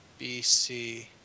BC